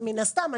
מן הסתם.